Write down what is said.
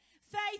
Faith